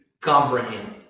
comprehend